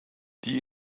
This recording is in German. die